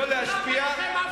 אתה מלאך המוות,